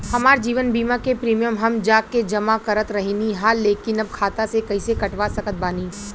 हमार जीवन बीमा के प्रीमीयम हम जा के जमा करत रहनी ह लेकिन अब खाता से कइसे कटवा सकत बानी?